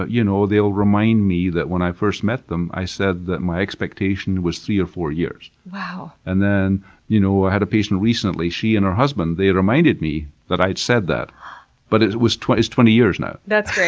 ah you know they'll remind me that when i first met them i said that my expectation was three or four years. wow! and you know i had a patient recently, she and her husband, they reminded me that i'd said that but it was twenty twenty years now. that's great!